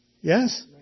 yes